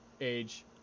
age